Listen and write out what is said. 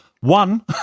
one